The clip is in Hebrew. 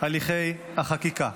הליכי החקיקה.